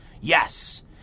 Yes